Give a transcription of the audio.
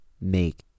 make